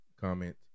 comment